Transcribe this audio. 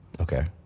Okay